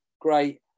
Great